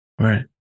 Right